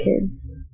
kids